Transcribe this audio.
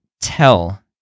tell